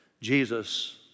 Jesus